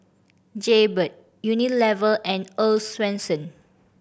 Jaybird Unilever and Earl's Swensens